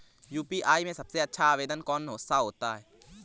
UPI में सबसे अच्छा आवेदन कौन सा होता है?